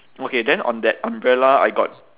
okay then on that umbrella I got